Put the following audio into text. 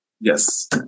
Yes